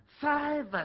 Five